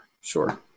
sure